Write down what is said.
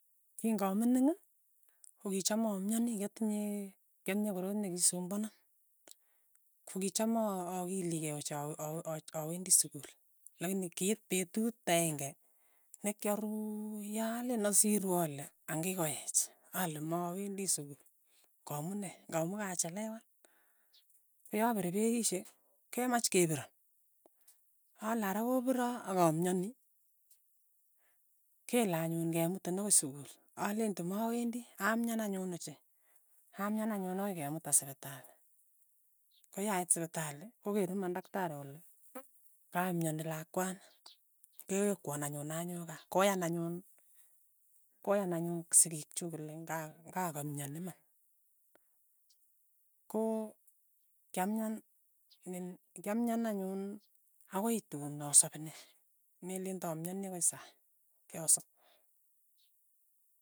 Kinga'mining kokicham amyani kyatinye kyatinye korot nekisumbwana, kokicham a- akilikei ochei a- a- a- awendi sukul, lakini kiit petut aeng'e nekyaruuu yaleen asiru ale ang'ikoech, ale mawendi sukul, kamu ne, ng'amu kachelewan, koi aperperishe kemach kepiro, ale ara kopiro akamyani, kele anyun ng'emutin akoi sukul, aleinte mawendi, amyan anyun ochei, amyan anyun akoi kemuta sipitali, koyait sipitali kokeer iman daktari kole ka imyani lakwani, kewekwan anyun anyoo kaa, koyan anyun koyan anyun sikik chuk kole ng'a ng'a kamyani iman, ko kyamyan ne kyamyan anyun akoi tun asap ine, meleen tamyani akoi sai, kyasop.